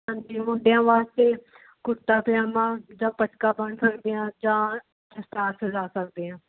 ਹਾਂਜੀ ਮੁੰਡਿਆਂ ਵਾਸਤੇ ਕੁੜਤਾ ਪਜਾਮਾ ਜਾਂ ਪਟਕਾ ਬੰਨ੍ਹ ਸਕਦੇ ਹਾਂ ਜਾਂ ਦਸਤਾਰ ਸਜਾ ਸਕਦੇ ਹਾਂ